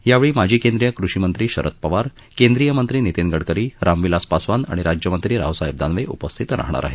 यावेळी माजी केंद्रीय कृषिमंत्री शरद पवार केंद्रीय मंत्री नितीन गडकरी रामविलास पासवान आणि राज्यमंत्री रावसाहेब दानवे उपस्थित राहणार आहेत